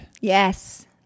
Yes